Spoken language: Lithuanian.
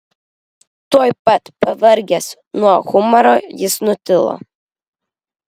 tuoj pat pavargęs nuo humoro jis nutilo